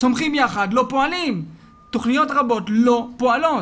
"צומחים יחד" לא פועלים, תכניות רבות לא פועלות.